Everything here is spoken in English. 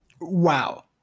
Wow